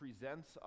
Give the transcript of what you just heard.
presents